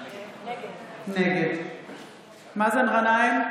נגד מאזן גנאים,